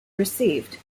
received